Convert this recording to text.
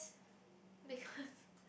beacause